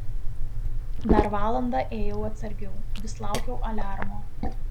dar valandą ėjau atsargiau vis laukiau aliarmo